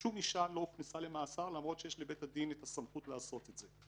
שום אישה לא הוכנסה למאסר למרות שיש לבית הדין את הסמכות לעשות את זה,